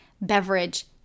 beverage